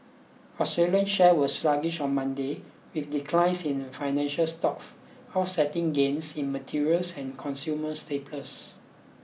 Australian shares were sluggish on Monday with declines in financial stocks offsetting gains in materials and consumer staples